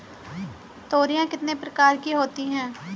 तोरियां कितने प्रकार की होती हैं?